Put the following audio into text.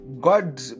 god